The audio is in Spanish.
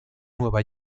nueva